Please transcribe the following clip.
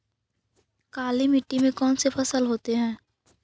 काला मिट्टी में कौन से फसल होतै?